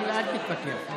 אל תתפתה.